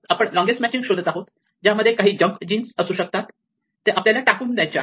आपण longest matching शोधत आहोत ज्यामध्ये काही जंक जीन्स असू शकतात ते आपल्याला टाकून द्यायचे आहेत